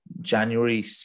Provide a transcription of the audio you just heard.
January